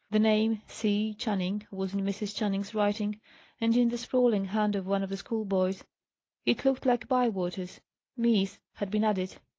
the name, c. channing, was in mrs. channing's writing and, in the sprawling hand of one of the schoolboys it looked like bywater's miss had been added.